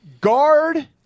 Guard